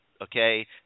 Okay